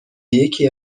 یکی